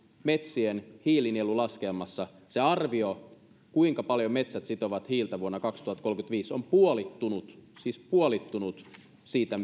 metsien hiilinielulaskelmassa se arvio kuinka paljon metsät sitovat hiiltä vuonna kaksituhattakolmekymmentäviisi on puolittunut siis puolittunut siitä